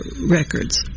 records